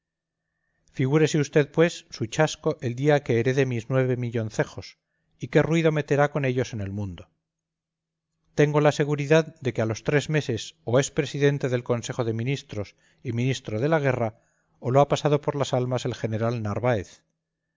figúrese usted pues su chasco el día que herede mis nueve milloncejos y qué ruido meterá con ellos en el mundo tengo la seguridad de que a los tres meses o es presidente del consejo de ministros y ministro de la guerra o lo ha pasado por las armas el general narváez